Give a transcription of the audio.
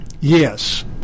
yes